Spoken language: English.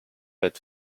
but